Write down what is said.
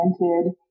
invented